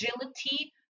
agility